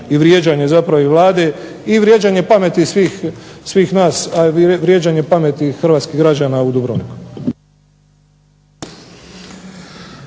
i vrijeđanje Vlade i vrijeđanje pameti svih nas a i vrijeđanje pameti hrvatskih građana u Dubrovniku.